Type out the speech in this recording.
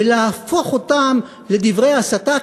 ולהפוך אותם לדברי הסתה,